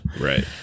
Right